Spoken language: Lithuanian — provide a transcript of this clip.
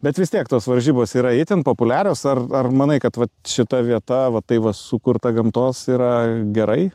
bet vis tiek tos varžybos yra itin populiarios ar ar manai kad vat šita vieta va tai va sukurta gamtos yra gerai